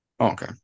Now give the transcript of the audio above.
Okay